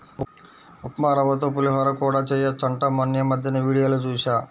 ఉప్మారవ్వతో పులిహోర కూడా చెయ్యొచ్చంట మొన్నీమద్దెనే వీడియోలో జూశా